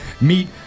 Meet